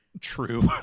true